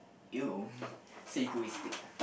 you so egoistic